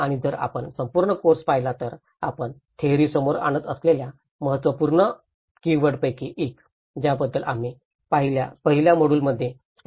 आणि जर आपण संपूर्ण कोर्स पाहिला तर आपण थेअरी समोर आणत असलेल्या महत्त्वपूर्ण कीवर्ड पैकी एक ज्याबद्दल आम्ही पहिल्या मॉड्यूल्समध्ये स्पष्टपणे चर्चा केली